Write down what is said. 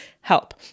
help